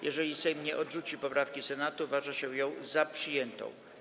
Jeżeli Sejm nie odrzuci poprawki Senatu, uważa się ją za przyjętą.